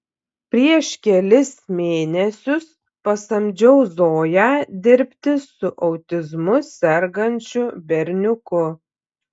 prieš kelis mėnesius pasamdžiau zoją dirbti su autizmu sergančiu berniuku